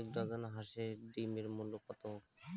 এক ডজন হাঁসের ডিমের মূল্য কত?